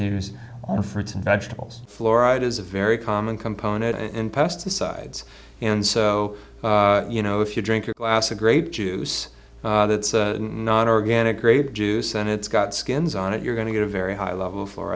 on fruits and vegetables fluoride is a very common component in pesticides and so you know if you drink a glass a grape juice that not organic grape juice and it's got skins on it you're going to get a very high level for